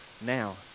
Now